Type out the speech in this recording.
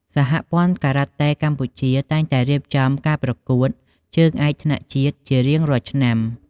សហព័ន្ធការ៉ាតេកម្ពុជាតែងតែរៀបចំការប្រកួតជើងឯកថ្នាក់ជាតិជារៀងរាល់ឆ្នាំ។